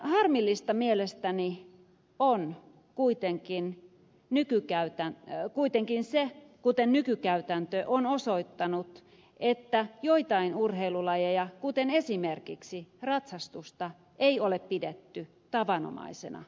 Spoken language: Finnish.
harmillista mielestäni on kuitenkin se kuten nykykäytäntö on osoittanut että joitain urheilulajeja kuten esimerkiksi ratsastusta ei ole pidetty tavanomaisena liikuntana